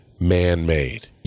man-made